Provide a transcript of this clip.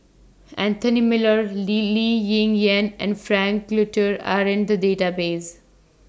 Anthony Miller Lee Ling Yen and Frank Cloutier Are in The Database